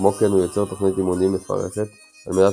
כמו כן הוא יוצר תוכנית אימונים מפרכת על מנת